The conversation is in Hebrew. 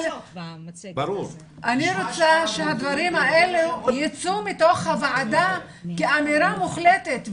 אני רוצה שהדברים האלה יצאו מתוך הוועדה כאמירה מוחלטת,